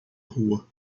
rua